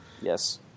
Yes